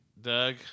Doug